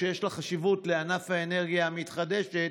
שיש לה חשיבות לענף האנרגיה המתחדשת,